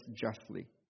justly